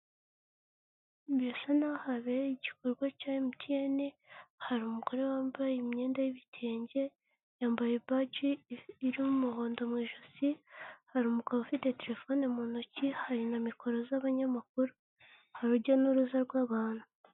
Birasa naho habereye igikorwa cya emutiyene. Hari umugore wambaye imyenda y'ibitenge, yambaye baji iriho umuhondo mu ijosi .Hari umugabo ufite telefone mu ntoki ,hari na mikoro z'abanyamakuru .Hari urujya n'uruza rw'abantu.